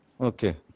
Okay